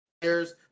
players